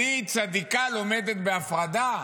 אז היא צדיקה, לומדת בהפרדה,